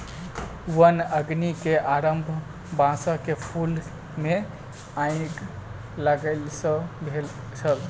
वन अग्नि के आरम्भ बांसक फूल मे आइग लागय सॅ भेल छल